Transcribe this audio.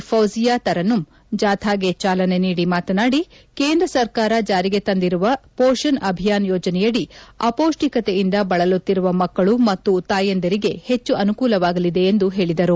ಘೌಜಿಯಾ ತರನ್ನುಮ್ ಜಾಥಾಗೆ ಚಾಲನೆ ನೀಡಿ ಮಾತನಾಡಿ ಕೇಂದ್ರ ಸರ್ಕಾರ ಜಾರಿಗೆ ತಂದಿರುವ ಮೋಷಣ್ ಅಭಿಯಾನ್ ಯೋಜನೆಯಡಿ ಅಪೌಷ್ಠಿಕತೆಯಿಂದ ಬಳಲುತ್ತಿರುವ ಮಕ್ಕಳು ಮತ್ತು ತಾಯಂದಿರಿಗೆ ಹೆಚ್ಚು ಅನುಕೂಲವಾಗಲಿದೆ ಎಂದು ಹೇಳಿದರು